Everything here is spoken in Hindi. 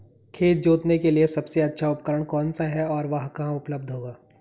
खेत जोतने के लिए सबसे अच्छा उपकरण कौन सा है और वह कहाँ उपलब्ध होगा?